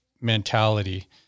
mentality